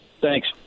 Thanks